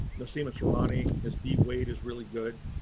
nosema ceranae, his bee weight is really good.